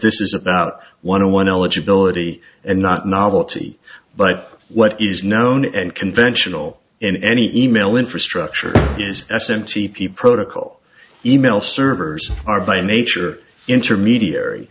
this is about one to one eligibility and not novelty but what is known and conventional in any email infrastructure is s m t p protocol email servers are by nature intermediary